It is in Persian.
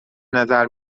نظر